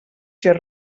ser